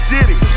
City